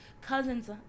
cousins